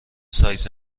سایز